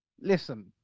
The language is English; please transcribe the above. Listen